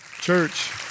Church